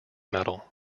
medal